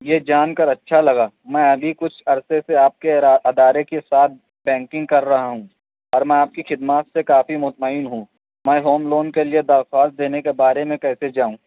یہ جان کراچھا لگا میں ابھی کچھ عرصے سے آپ کے ادارے کے ساتھ بینکنگ کر رہا ہوں اور میں آپ کی خدمات سے کافی مطمئن ہوں میں ہوم لون کے لیے درخواست دینے کے بارے میں کیسے جاؤں